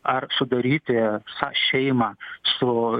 ar sudaryti sa šeimą su